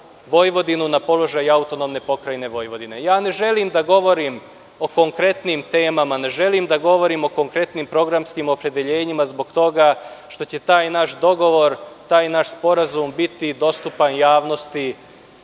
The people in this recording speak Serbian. Vojvodinu, na položaj AP Vojvodine. Ne želim da govorim o konkretnim temama. Ne želim da govorim o konkretnim programskim opredeljenjima zbog toga što će taj naš dogovor, taj naš sporazum biti dostupan javnosti